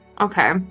Okay